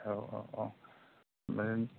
औ औ औ